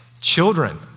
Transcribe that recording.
children